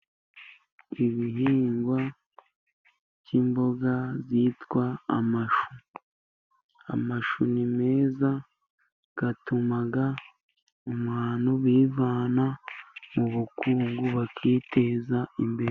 Ibihingwa by'imboga zitwa amashu. Amashu ni meza atuma abantu bivana mu bukungu bakiteza imbere.